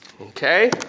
Okay